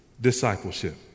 discipleship